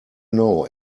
know